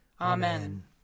Amen